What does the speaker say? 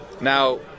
Now